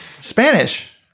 Spanish